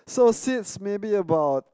so seeds maybe about